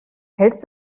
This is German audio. hältst